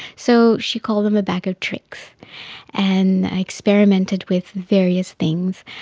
so she called them a bag of tricks and experimented with various things,